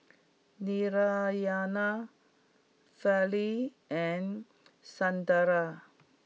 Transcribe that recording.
Narayana Fali and Sunderlal